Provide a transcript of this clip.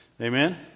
Amen